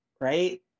right